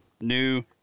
New